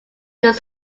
this